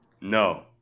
No